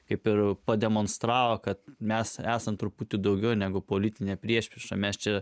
kaip ir pademonstravo kad mes esam truputį daugiau negu politinę priešpriešą mes čia